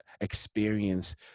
experience